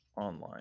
online